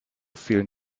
vielen